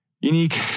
unique